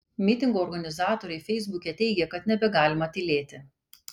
mitingo organizatoriai feisbuke teigė kad nebegalima tylėti